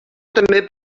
també